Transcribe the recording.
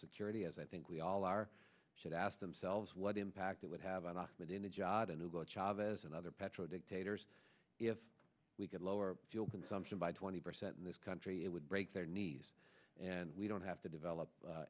security as i think we all are should ask themselves what impact it would have on our within a job and about chavez and other petro dictators if we could lower fuel consumption by twenty percent in this country it would break their knees and we don't have to develop